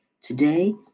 Today